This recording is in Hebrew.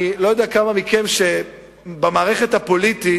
אני לא יודע כמה מכם שבמערכת הפוליטית,